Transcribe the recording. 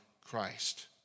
Christ